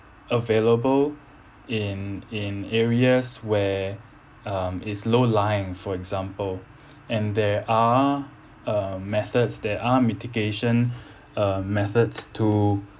available in in areas where um is low lying for example and there are uh methods that are mitigation uh methods to